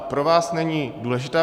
Pro vás není důležitá